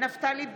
נפתלי בנט,